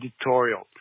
editorial